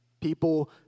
people